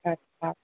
अछा